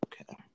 Okay